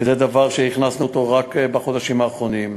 וזה דבר שהכנסנו רק בחודשים האחרונים.